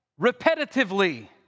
repetitively